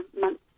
months